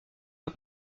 pas